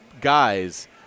guys –